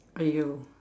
!aiyo!